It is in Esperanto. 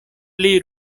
pli